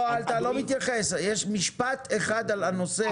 יש משפט אחד על הנושא.